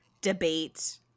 debate